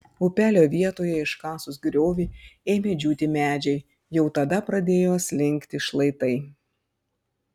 upelio vietoje iškasus griovį ėmė džiūti medžiai jau tada pradėjo slinkti šlaitai